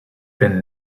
been